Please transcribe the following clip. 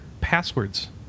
passwords